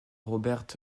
robert